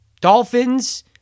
Dolphins